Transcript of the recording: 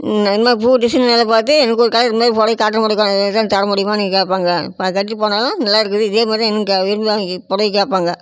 என்ன பூ டிசைன் நல்லா பார்த்து எனக்கு ஒரு கலர் இது மாதிரி புடவை காட்டன் புடவை க எடுத்தாந்து தர முடியுமான்னு கேட்பாங்க இப்போ நான் கட்டி போனாலும் நல்லா இருக்குது இதே மாதிரி எனக்கு அங்கே இருக்குதான்னு இ புடவை கேட்பாங்க